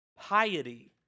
piety